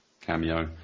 cameo